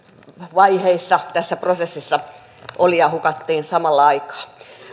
tässä prosessissa oli ja hukattiin samalla aikaa